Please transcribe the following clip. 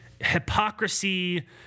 hypocrisy